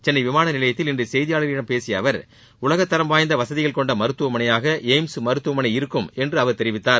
சென்னை விமான நிலையத்தில் இன்று செய்தியாளர்களிடம் பேசிய அவர் உலகத்தரம் வாய்ந்த வசதிகள் கொண்ட மருத்துவமனையாக எயிம்ஸ் மருத்துவமனை இருக்கும் என்று அவர் தெரிவித்தார்